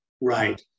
Right